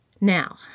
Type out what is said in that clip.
Now